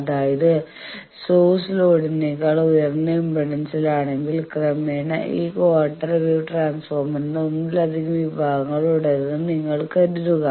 അതായത് സോഴ്സ് ലോഡിനേക്കാൾ ഉയർന്ന ഇംപെഡൻസിൽ ആണെങ്കിൽ ക്രമേണഈ ക്വാർട്ടർ വേവ് ട്രാൻസ്ഫോർമറിന്റെ ഒന്നിലധികം വിഭാഗങ്ങൾ ഉണ്ടെന്ന് നിങ്ങൾ കരുതുക